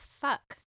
fuck